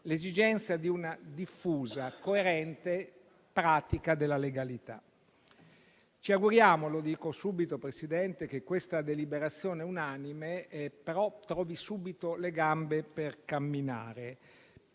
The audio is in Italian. l'esigenza di una diffusa e coerente pratica della legalità. Ci auguriamo - lo dico subito, Presidente - che questa deliberazione unanime trovi le gambe per camminare